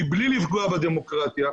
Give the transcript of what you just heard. מבלי לפגוע בדמוקרטיה.